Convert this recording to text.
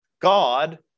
God